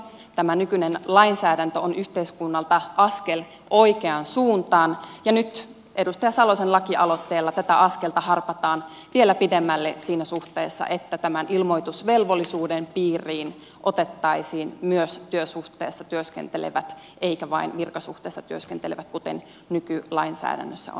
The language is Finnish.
tämä nykyinen lainsäädäntö on yhteiskunnalta askel oikeaan suuntaan ja nyt edustaja salosen lakialoitteella tätä askelta harpataan vielä pidemmälle siinä suhteessa että tämän ilmoitusvelvollisuuden piiriin otettaisiin myös työsuhteessa työskentelevät eikä vain virkasuhteessa työskentelevät kuten nykylainsäädännössä on